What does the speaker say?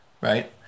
right